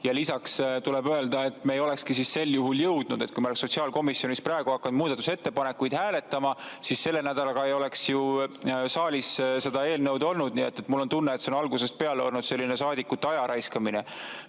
Ja lisaks tuleb öelda, et me ei olekski siis sel juhul jõudnud. Kui me oleks sotsiaalkomisjonis praegu hakanud muudatusettepanekuid hääletama, siis selle nädalaga ei oleks ju saalis seda eelnõu olnud. Nii et mul on tunne, et see on algusest peale olnud selline saadikute aja raiskamine.